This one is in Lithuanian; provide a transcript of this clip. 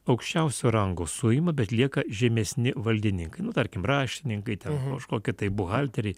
aukščiausio rango suima bet lieka žemesni valdininkai nu tarkim raštininkai ten kažkokie buhalteriai